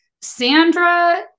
Sandra